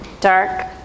dark